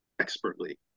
expertly